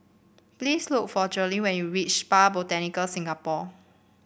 please look for Trudi when you reach Spa Botanica Singapore